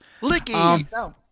Licky